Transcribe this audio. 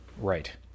right